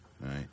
right